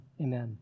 amen